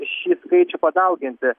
šį skaičių padauginti